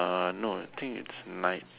ah no I think it's night